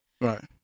Right